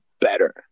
better